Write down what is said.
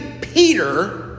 Peter